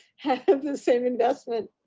have the same investment.